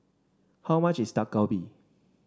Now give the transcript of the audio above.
how much is Dak Galbi